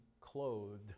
clothed